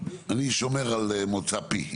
אני שומר על מוצא פי,